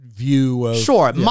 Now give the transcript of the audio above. Sure